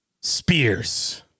spears